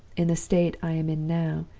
in the state i am in now,